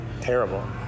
terrible